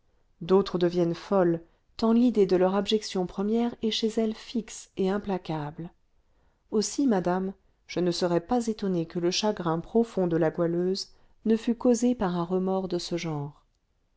d'autres deviennent folles tant l'idée de leur abjection première est chez elle fixe et implacable aussi madame je ne serais pas étonnée que le chagrin profond de la goualeuse ne fût causé par un remords de ce genre